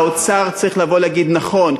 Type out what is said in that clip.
האוצר צריך לבוא להגיד: נכון,